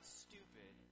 stupid